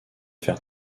faire